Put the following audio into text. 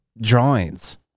drawings